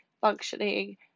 functioning